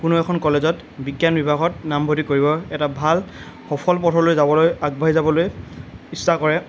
কোনো এখন কলেজত বিজ্ঞান বিভাগত নামভৰ্তি কৰিব এটা ভাল সফল পথলৈ যাবলৈ আগবাঢ়ি যাবলৈ ইচ্ছা কৰে